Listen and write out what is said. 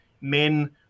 men